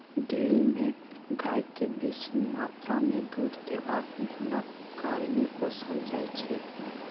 dairy मे गाय केँ बेसी मात्रा मे दुध देबाक गुणक कारणेँ पोसल जाइ छै